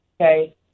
okay